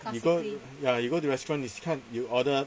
you go ya you go to restaurant 你去看 you order